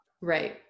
Right